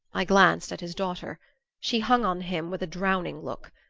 i glanced at his daughter she hung on him with a drowning look.